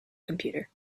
computer